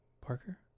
parker